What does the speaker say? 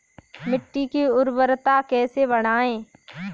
मिट्टी की उर्वरता कैसे बढ़ाएँ?